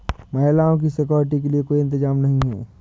महिलाओं की सिक्योरिटी के लिए कोई इंतजाम नहीं है